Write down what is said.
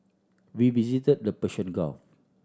we visited the Persian Gulf